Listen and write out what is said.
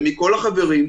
ומכל החברים,